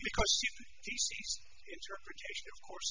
because interpretation of course